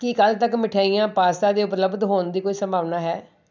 ਕੀ ਕੱਲ੍ਹ ਤੱਕ ਮਿਠਾਈਆਂ ਪਾਸਤਾ ਦੇ ਉਪਲਬਧ ਹੋਣ ਦੀ ਕੋਈ ਸੰਭਾਵਨਾ ਹੈ